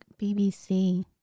bbc